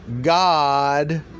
God